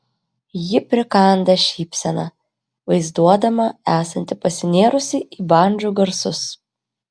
ji prikanda šypseną vaizduodama esanti pasinėrusi į bandžų garsus